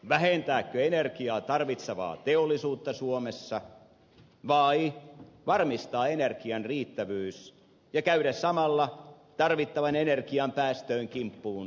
vähentääkö energiaa tarvitsevaa teollisuutta suomessa vai varmistaako energian riittävyys ja käydäkö samalla tarvittavan energian päästön kimppuun voimakkain toimenpitein